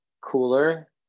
cooler